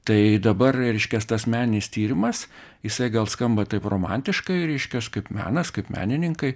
tai dabar reiškias tas meninis tyrimas jisai gal skamba taip romantiškai reiškias kaip menas kaip menininkai